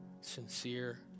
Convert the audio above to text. sincere